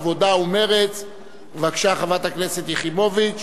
בבקשה, חברת הכנסת יחימוביץ.